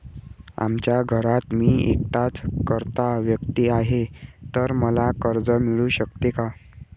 आमच्या घरात मी एकटाच कर्ता व्यक्ती आहे, तर मला कर्ज मिळू शकते का?